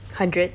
hundred